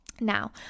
now